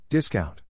Discount